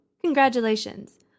congratulations